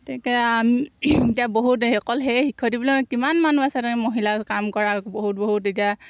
তেতিয়া আৰু আমি এতিয়া বহুত সেই অকল সেই শিক্ষয়ত্ৰী বুলিয়ে নহয় কিমান মানুহ আছে তেনেকৈ মহিলা কাম কৰা বহুত বহুত এতিয়া